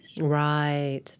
Right